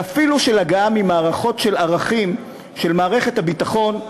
ואפילו של הגעה ממערכות של ערכים של מערכת הביטחון,